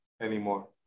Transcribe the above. anymore